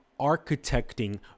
architecting